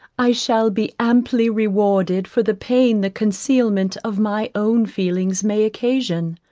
i shall be amply rewarded for the pain the concealment of my own feelings may occasion.